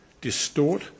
distort